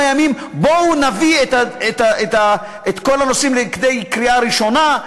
ימים: בואו נביא את כל הנושאים לכדי קריאה ראשונה,